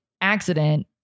accident